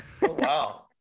wow